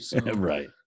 Right